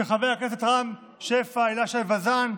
של חברי הכנסת רם שפע, הילה שי וזאן,